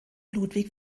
ludwig